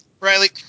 Riley